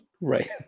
Right